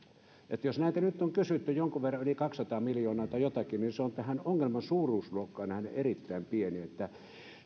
sittenkään jos näitä nyt on kysytty jonkun verran yli kaksisataa miljoonaa tai jotakin niin se on tähän ongelman suuruusluokkaan nähden erittäin vähän